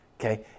Okay